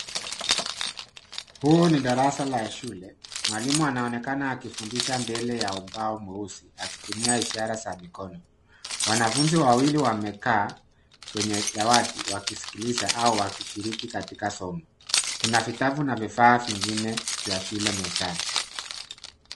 Huu ni darasa la shule, mwalimu anaonekana akifundisha mbele ya ubao mweusi akitumia ishara za mikono. Wanafunzi wawili wamekaa kwenye dawati, wakisikiliza au wakishiriki kwenye somo. Kuna vitabu na vifaa vingine vya shule mezani.